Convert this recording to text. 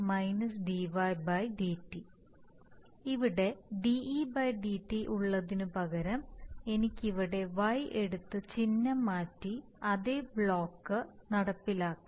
അതിനാൽ ഇവിടെ de dt ഉള്ളതിനുപകരം എനിക്ക് ഇവിടെ y എടുത്ത് ചിഹ്നം മാറ്റി അതേ ബ്ലോക്ക് ഇവിടെ നടപ്പിലാക്കാം